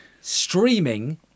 streaming